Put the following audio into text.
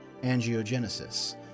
angiogenesis